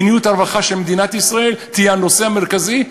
מדיניות הרווחה של מדינת ישראל תהיה הנושא המרכזי.